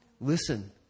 Listen